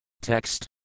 Text